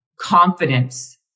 confidence